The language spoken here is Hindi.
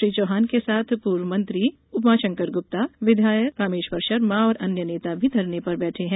श्री चौहान के साथ पुर्व मंत्री उमाशंकर गुप्ता विधायक रामेश्वर शर्मा और अन्य नेता भी धरने पर बैठे हैं